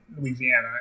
louisiana